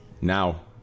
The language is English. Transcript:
Now